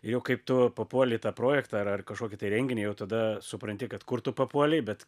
jau kaip tu papuoli į tą projektą ar ar kažkokį tai renginį jau tada supranti kad kur tu papuolei bet